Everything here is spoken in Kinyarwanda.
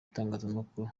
itangazamakuru